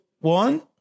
one